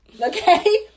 okay